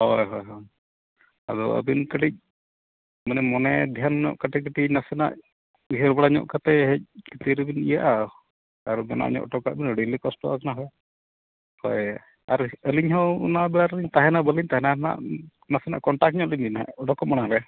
ᱦᱳᱭ ᱦᱳᱭ ᱟᱫᱚ ᱟᱹᱵᱤᱱ ᱠᱟᱹᱴᱤᱡ ᱢᱟᱱᱮ ᱢᱟᱱᱮ ᱰᱷᱮᱹᱨ ᱧᱚᱜ ᱠᱟᱹᱴᱤᱡ ᱠᱟᱹᱴᱤᱡ ᱱᱟᱥᱮᱱᱟᱜ ᱩᱭᱦᱟᱹᱨ ᱵᱟᱲᱟ ᱧᱚᱜ ᱠᱟᱛᱮᱫ ᱦᱮᱡ ᱛᱤ ᱨᱮᱵᱤᱱ ᱤᱭᱟᱹᱜᱼᱟ ᱟᱨ ᱵᱮᱱᱟᱣ ᱧᱚᱜ ᱦᱚᱴᱚ ᱠᱟᱜ ᱵᱮᱱ ᱟᱹᱰᱤ ᱞᱮ ᱠᱚᱥᱴᱚ ᱠᱟᱱᱟ ᱦᱳᱭ ᱟᱨ ᱟᱹᱞᱤᱧ ᱦᱚᱸ ᱚᱱᱟ ᱵᱟᱨ ᱛᱟᱦᱮᱱᱟ ᱵᱟᱹᱞᱤᱧ ᱛᱟᱦᱮᱱᱟ ᱚᱱᱟ ᱨᱮᱱᱟᱜ ᱱᱟᱥᱮᱱᱟᱜ ᱠᱚᱱᱴᱟᱠᱴ ᱧᱚᱜ ᱞᱤᱧ ᱵᱮᱱ ᱦᱟᱸᱜ ᱚᱰᱳᱠᱚᱜ ᱢᱟᱲᱟᱝ ᱨᱮ